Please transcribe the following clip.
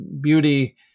beauty